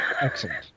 Excellent